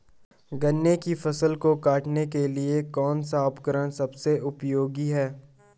गन्ने की फसल को काटने के लिए कौन सा उपकरण सबसे उपयोगी है?